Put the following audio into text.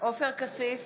עופר כסיף,